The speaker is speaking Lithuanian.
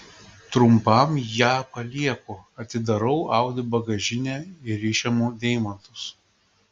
trumpam ją palieku atidarau audi bagažinę ir išimu deimantus